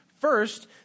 First